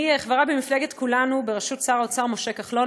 אני חברה במפלגת כולנו בראשות שר האוצר משה כחלון,